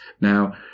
Now